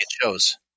shows